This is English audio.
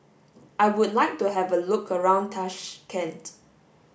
I would like to have a look around Tashkent